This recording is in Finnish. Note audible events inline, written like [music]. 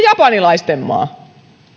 [unintelligible] japanilaisten maa